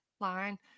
line